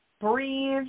breathe